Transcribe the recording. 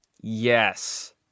Yes